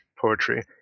poetry